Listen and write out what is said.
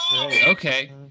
Okay